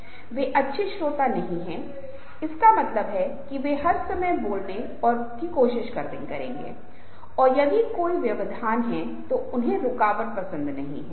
इसलिए मैं इन बातों को समाप्त करके इन अंकों पर जोर देना चाहूंगा और फिर इस बात पर जोर देना चाहता हूं कि यह कहा जा सकता है कि समूह में बोलना एक कला है जिसमें संचार की शैली शामिल है समूह के अन्य सदस्यों के लिए चिंता और समझ है